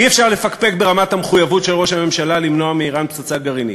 אי-אפשר לפקפק ברמת המחויבות של ראש הממשלה למנוע מאיראן פצצה גרעינית.